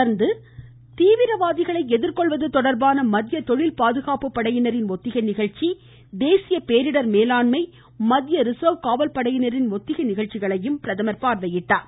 தொடர்ந்து தீவிரவாதிகளை எதிர்கொள்வது தொடர்பான மத்திய தொழில் பாதுகாப்பு படையினரின் ஒத்திகை நிகழ்ச்சி தேசிய பேரிடர் மேலாண்மை மத்திய ரிசர்வ் காவல்படையினரின் ஒத்திகை நிகழ்ச்சிகளையும் பிரதமர் பார்வையிட்டார்